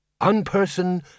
Unperson